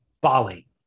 Bali